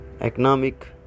economic